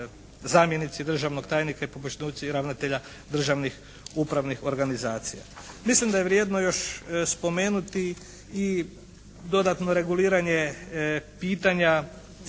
zamjenici državnog tajnika i pomoćnici ravnatelja državnih upravnih organizacija. Mislim da je vrijedno još spomenuti i dodatno reguliranje pitanja